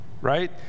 Right